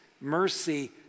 Mercy